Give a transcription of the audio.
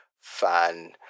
fan